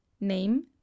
Name